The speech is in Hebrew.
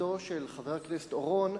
לשאלתו של חבר הכנסת אורון,